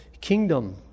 kingdom